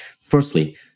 Firstly